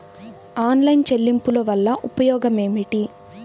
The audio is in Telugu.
ఆన్లైన్ చెల్లింపుల వల్ల ఉపయోగమేమిటీ?